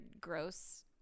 gross